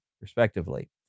respectively